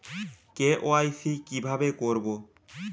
KYC কিভাবে করব?